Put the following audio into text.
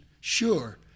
sure